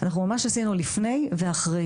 אנחנו ממש עשינו לפני ואחרי.